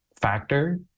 factor